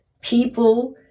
People